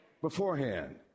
Beforehand